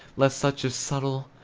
lest such a subtle,